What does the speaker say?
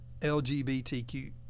LGBTQ